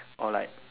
or like